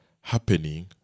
happening